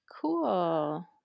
Cool